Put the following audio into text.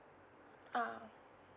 ah